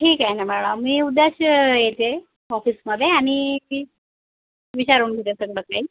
ठीक आहे ना मॅडम मी उद्याच येते ऑफिसमधे आणि विचारून घेते सगळं काही